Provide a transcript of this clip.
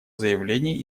заявление